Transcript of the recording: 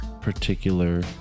particular